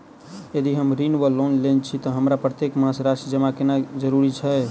यदि हम ऋण वा लोन लेने छी तऽ हमरा प्रत्येक मास राशि जमा केनैय जरूरी छै?